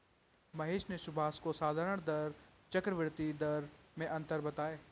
महेश ने सुभाष को साधारण दर चक्रवर्ती दर में अंतर बताएं